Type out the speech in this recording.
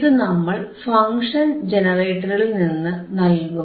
ഇതു നമ്മൾ ഫങ്ഷൻ ജനറേറ്ററിൽനിന്നു നൽകും